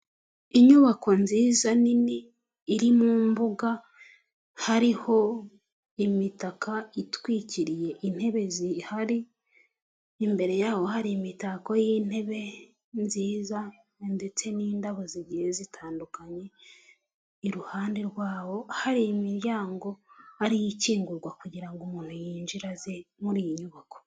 Inyubako nziza nini iri mu mbuga hariho imitaka itwikiriye intebe zihari, imbere yaho hari imitako y'intebe nziza ndetse n'indabo zigiye zitandukanye, iruhande rwaho hari imiryango ari yo ikingurwa kugirango umuntu yinjire aze muri iyi nyubako.